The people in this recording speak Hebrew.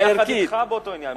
אני יחד אתך באותו עניין.